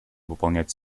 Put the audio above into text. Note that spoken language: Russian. выполнять